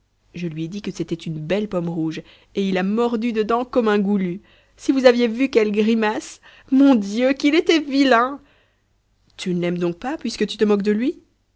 je lui ai dit que c'était une belle pomme rouge et il a mordu dedans comme un goulu si vous aviez vu quelle grimace mon dieu qu'il était vilain tu ne l'aimes donc pas puisque tu te moques de lui